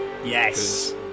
Yes